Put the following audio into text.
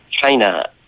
China